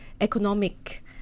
economic